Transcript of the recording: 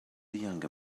younger